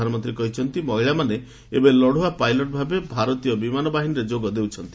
ପ୍ରଧାନମନ୍ତ୍ରୀ କହିଛନ୍ତି ମହିଳାମାନେ ଏବେ ଲଡ଼ୁଆ ପାଇଲଟ ଭାବେ ଭାରତୀୟ ବିମାନ ବାହିନୀରେ ଯୋଗ ଦେଉଛନ୍ତି